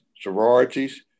sororities